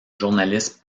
journalisme